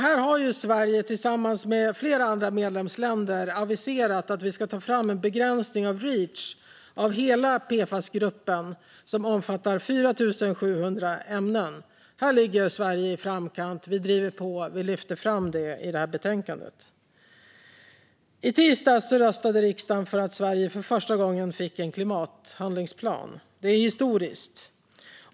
Sverige har tillsammans med flera andra medlemsländer aviserat att det ska tas fram en begränsning under Reach av hela PFAS-gruppen, som omfattar 4 700 ämnen. Här ligger Sverige i framkant och driver på. Vi lyfter fram det i betänkandet. I tisdags röstades Sveriges första klimathandlingsplan igenom i riksdagen. Det var historiskt.